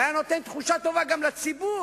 זה היה נותן הרגשה טובה גם לציבור.